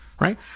right